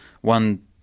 one